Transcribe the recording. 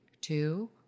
two